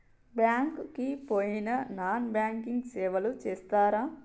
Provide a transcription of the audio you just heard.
Bank కి పోయిన non banking సేవలు చేస్తరా?